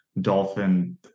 Dolphin